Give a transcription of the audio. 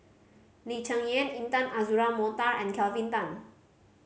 Lee Cheng Yan Intan Azura Mokhtar and Kelvin Tan